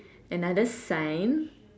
another sign